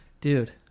Dude